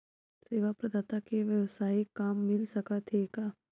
सेवा प्रदाता के वेवसायिक काम मिल सकत हे का?